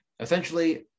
Essentially